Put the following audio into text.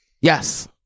Yes